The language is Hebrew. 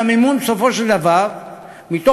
בסופו של דבר המימון,